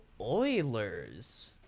oilers